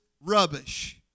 Rubbish